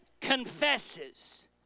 confesses